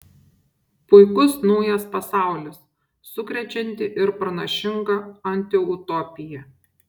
puikus naujas pasaulis sukrečianti ir pranašinga antiutopija